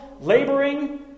laboring